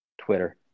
Twitter